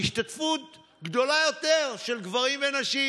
בהשתתפות גדולה יותר של גברים ונשים.